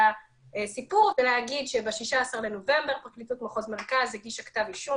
הסיפור ולהגיד שב-16 בנובמבר פרקליטות מחוז מרכז הגישה כתב אישום